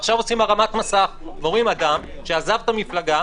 ועכשיו עושים הרמת מסך ואומרים: אדם שעזב את המפלגה,